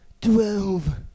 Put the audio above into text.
Twelve